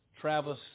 Travis